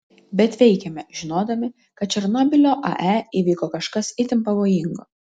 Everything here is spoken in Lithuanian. bet veikėme žinodami kad černobylio ae įvyko kažkas itin pavojingo